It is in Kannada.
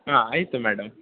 ಹಾಂ ಆಯಿತು ಮೇಡಮ್